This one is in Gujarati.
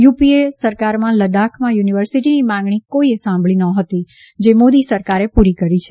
યુપીએ સરકારમાં લદ્દાખમાં યુનિવર્સિટીની માંગણી કોઇએ સાંભળી નહોતી જે મોદી સરકારે પૂરી કરી છે